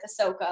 Ahsoka